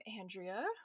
Andrea